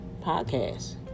podcast